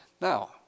Now